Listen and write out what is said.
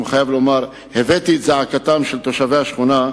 הבאתי את זעקתם של תושבי השכונה,